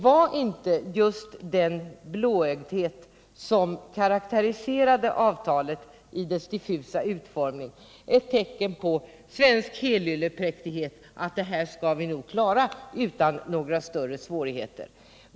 Var inte just den blåögdhet som karakteriserade avtalet i dess diffusa utformning ett tecken på svensk helyllepräktighet — det här skall vi nog klara utan några större svårigheter?